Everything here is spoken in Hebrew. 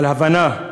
על הבנה.